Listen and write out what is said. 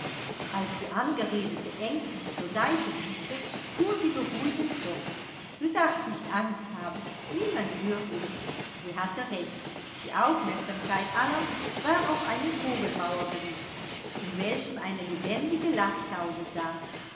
als die angeredete ängstlich zur seite blickte fuhr sie beruhigend fort du darfst nicht angst haben niemand hört uns sie hatte recht die aufmerksamkeit aller war auf einen vogelbauer gerichtet in welchem eine lebendige lachtaube saß